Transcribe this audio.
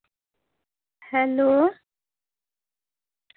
hello